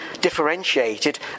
differentiated